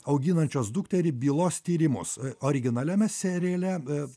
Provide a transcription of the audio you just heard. auginančios dukterį bylos tyrimus originaliame seriale e